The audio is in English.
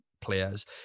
players